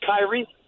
Kyrie